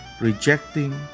rejecting